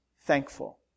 thankful